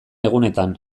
egunetan